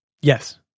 Yes